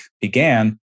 began